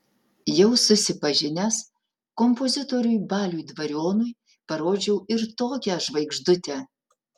jau susipažinęs kompozitoriui baliui dvarionui parodžiau ir tokią žvaigždutę